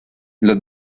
los